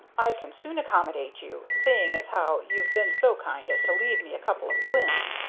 i can soon accommodate you, seeing as how you've been so kind as to leave me a couple of glims,